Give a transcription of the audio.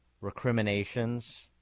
recriminations